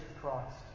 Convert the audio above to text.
Christ